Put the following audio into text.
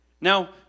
Now